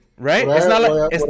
Right